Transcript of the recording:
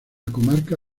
comarca